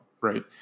right